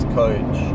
coach